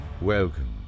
Welcome